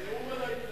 זה נאום על ההתנתקות,